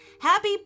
Happy